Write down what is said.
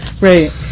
Right